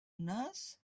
nurse